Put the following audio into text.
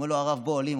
אומר לו הרב: בוא, עולים.